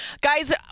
Guys